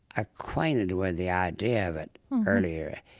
acquainted with the idea of it earlier,